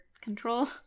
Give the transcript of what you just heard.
control